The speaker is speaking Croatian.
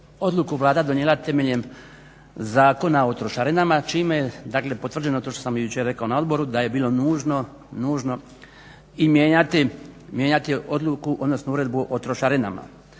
odluku Vlada donijela temeljem Zakona o trošarinama čime je potvrđeno to što sam jučer rekao na odboru, da je bilo nužno mijenjati odluku, odnosno uredbu o trošarinama.